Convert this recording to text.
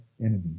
enemies